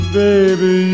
baby